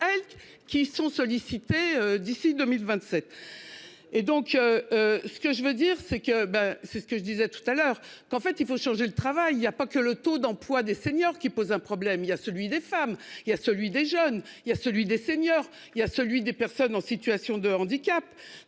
elle qui qui sont sollicités. D'ici 2027. Et donc. Ce que je veux dire c'est que ben c'est ce que je disais tout à l'heure qu'en fait il faut changer le travail il y a pas que le taux d'emploi des seniors qui pose un problème, il y a celui des femmes. Il y a celui des jeunes il y a celui des seniors. Il y a celui des personnes en situation de handicap.